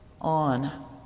on